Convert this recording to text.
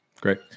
Great